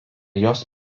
jos